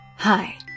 Hi